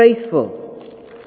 faithful